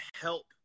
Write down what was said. help